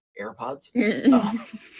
AirPods